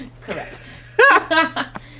Correct